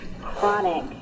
chronic